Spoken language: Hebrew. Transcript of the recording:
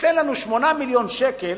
8 מיליוני שקלים